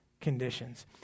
conditions